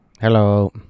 Hello